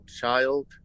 child